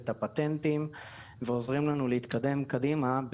את הפטנטים ועוזרים לנו להתקדם קדימה,